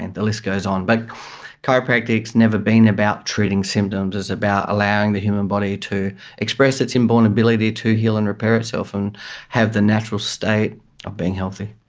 and the list goes on. but chiropractic has never been about treating symptoms, it's about allowing the human body to express its inborn ability to heal and repair itself and have the natural state of being healthy.